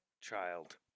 Child